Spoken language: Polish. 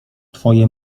twoje